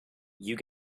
you